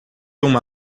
uma